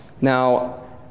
Now